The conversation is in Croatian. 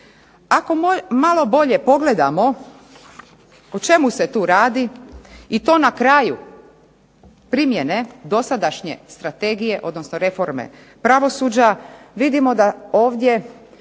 Ako malo bolje pogledamo o čemu se tu radi i to na kraju primjene dosadašnje strategije, odnosno reforme pravosuđa, vidimo da ovdje